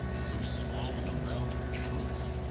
so small an amount of truth,